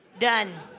Done